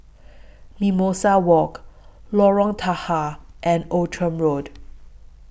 Mimosa Walk Lorong Tahar and Outram Road